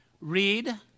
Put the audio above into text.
read